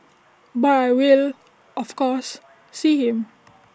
but I will of course see him